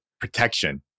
protection